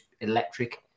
electric